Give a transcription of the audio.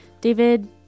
David